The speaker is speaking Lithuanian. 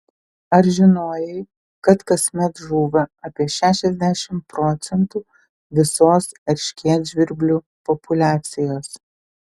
ar žinojai kad kasmet žūva apie šešiasdešimt procentų visos erškėtžvirblių populiacijos